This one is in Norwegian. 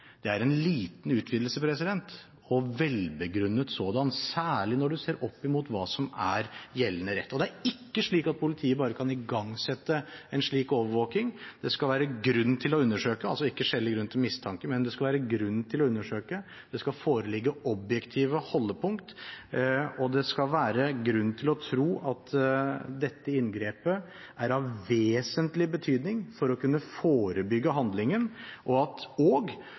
Det er en liten utvidelse – og en velbegrunnet sådan – særlig når en ser den opp mot hva som er gjeldende rett. Det er ikke slik at politiet bare kan igangsette en slik overvåking. Det skal være grunn til å undersøke – altså ikke skjellig grunn til mistanke – men det skal være grunn til å undersøke. Det skal foreligge objektive holdepunkt, og det skal være grunn til å tro at dette inngrepet er av vesentlig betydning for å kunne forebygge handlingen, at